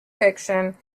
fiction